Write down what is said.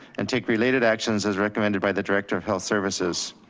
and take related actions as recommended by the director of health services.